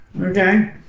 Okay